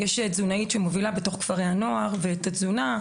יש תזונאית שמובילה בתוך כפרי הנוער את התזונה,